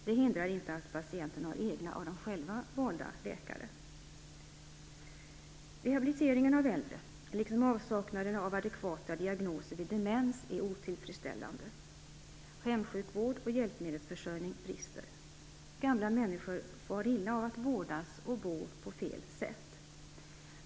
Det hindrar inte att patienterna har egna av dem själva valda läkare. Rehabiliteringen av äldre liksom avsaknaden av adekvata diagnoser vid demens är otillfredsställande. Gamla människor far illa av att vårdas och bo på fel sätt.